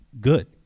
good